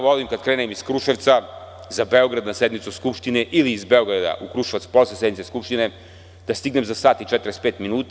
Volim kada krenem iz Kruševca za Beograd na sednicu Skupštine ili iz Beograda za Kruševac posle sednice Skupštine da stignem za sat i 45 minuta.